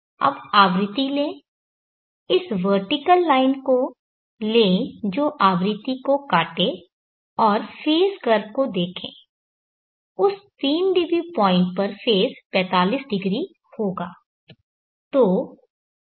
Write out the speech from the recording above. अब आवृत्ति लें इस वर्टिकल लाइन को लें जो आवृत्ति को काटे और फेज़ कर्व को देखें उस 3 dB पॉइंट पर फेज़ 45° होगा